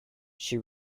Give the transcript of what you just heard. she